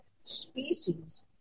species